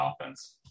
offense